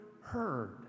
heard